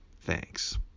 thanks